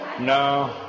No